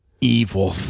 evil